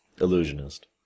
Illusionist